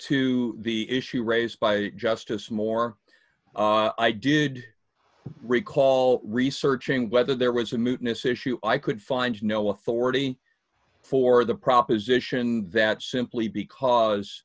to the issue raised by justice moore i did recall researching whether there was a moodiness issue i could find no authority for the proposition that simply because